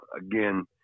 again